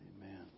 Amen